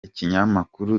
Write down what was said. ikinyamakuru